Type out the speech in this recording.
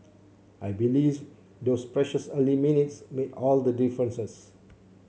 I believe those precious early minutes made all the differences